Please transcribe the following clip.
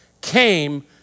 came